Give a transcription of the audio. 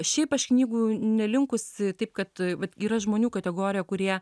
šiaip aš knygų nelinkusi taip kad vat yra žmonių kategorija kurie